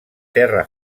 terra